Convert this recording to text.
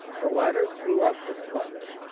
the latter threw up the sponge.